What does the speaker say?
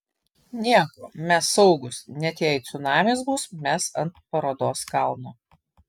nieko mes saugūs net jei cunamis bus mes ant parodos kalno